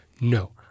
no